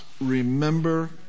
remember